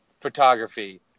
photography